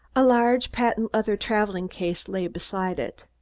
a large patent-leather traveling-case lay beside it.